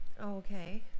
okay